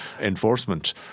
enforcement